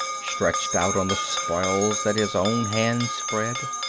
stretched out on the spoils that his own hand spread,